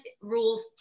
rules